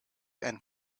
and